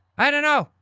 i don't know.